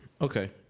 Okay